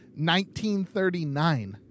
1939